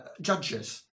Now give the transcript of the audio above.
judges